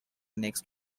next